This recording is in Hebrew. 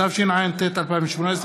התשע"ט 2018,